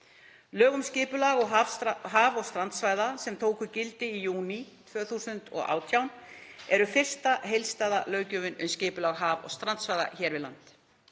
Lög um skipulag haf- og strandsvæða, sem tóku gildi í júní 2018, eru fyrsta heildstæða löggjöfin um skipulag haf- og strandsvæða hér við land.